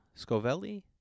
Scovelli